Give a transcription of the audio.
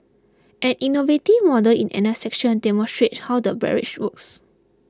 an innovative model in another section demonstrate how the barrage works